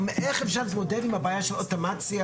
איך אפשר להתמודד עם בעיה של אוטומציה,